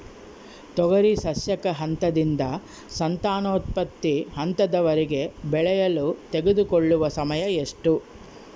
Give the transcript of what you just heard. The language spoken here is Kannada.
ತೊಗರಿ ಸಸ್ಯಕ ಹಂತದಿಂದ ಸಂತಾನೋತ್ಪತ್ತಿ ಹಂತದವರೆಗೆ ಬೆಳೆಯಲು ತೆಗೆದುಕೊಳ್ಳುವ ಸಮಯ ಎಷ್ಟು?